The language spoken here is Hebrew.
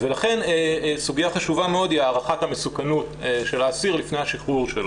ולכן סוגיה חשובה מאוד היא הערכת המסוכנות של האסיר לפני השחרור שלו.